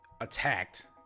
attacked